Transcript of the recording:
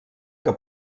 que